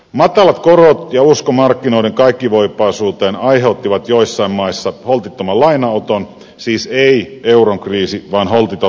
matalat korot ja usko markkinoiden kaikkivoipaisuuteen aiheuttivat joissain maissa holtittoman lainanoton siis ei euron kriisi vaan holtiton rahan käyttö